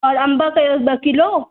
और अंब कयोसि ॿ किलो